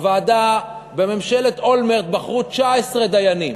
הוועדה, בממשלת אולמרט בחרו 19 דיינים.